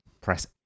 press